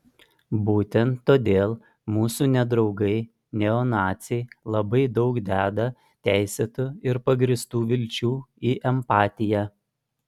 būtent todėl mūsų nedraugai neonaciai labai daug deda teisėtų ir pagrįstų vilčių į empatiją